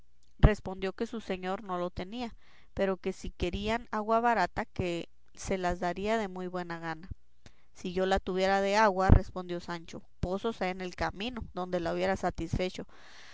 respondió que su señor no lo tenía pero que si querían agua barata que se la daría de muy buena gana si yo la tuviera de agua respondió sancho pozos hay en el camino donde la hubiera satisfecho